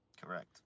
Correct